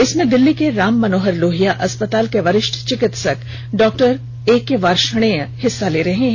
इसमें दिल्ली के राम मनोहर लोहिया अस्पताल के वरिष्ठ चिकित्सक डॉक्टर एके वार्षणेय हिस्सा ले रहे हैं